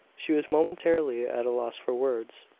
she was momentarily at a loss for words.